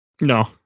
No